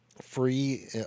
free